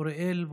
אוריאל בוסו.